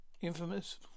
Infamous